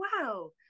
wow